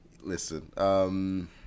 listen